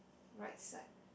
right side